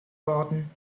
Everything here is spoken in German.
worden